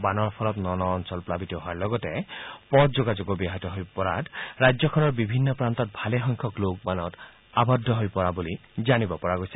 বানৰ ফলত ন ন অঞ্চল প্লাৱিত হোৱাৰ লগতে পথ যোগাযোগো ব্যাহত হৈ পৰাত ৰাজ্যখনৰ বিভিন্ন প্ৰান্তত ভালেসংখ্যক লোক বানত আবদ্ধ হৈ পৰা বুলি জানিব পৰা গৈছে